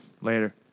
Later